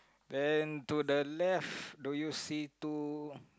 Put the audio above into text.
then to the left do you see two